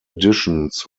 additions